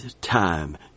time